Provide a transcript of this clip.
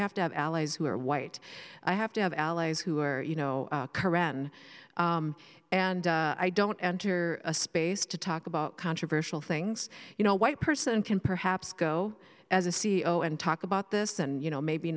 have to have allies who are white i have to have allies who are you know qur'an and i don't enter a space to talk about controversial things you know white person can perhaps go as a c e o and talk about this and you know maybe